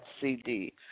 CD